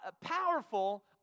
powerful